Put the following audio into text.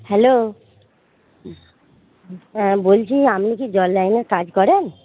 hello হ্যাঁ বলছি আপনি কি জল লাইনে কাজ করেন